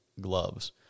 gloves